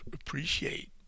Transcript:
appreciate